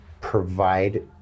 provide